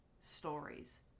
stories